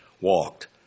walked